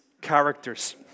characters